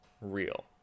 real